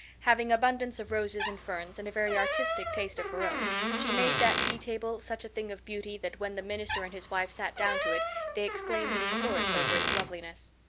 having abundance of roses and ferns and a very artistic taste of her own, she made that tea table such a thing of beauty that when the minister and his wife sat down to it they exclaimed in chorus over it loveliness.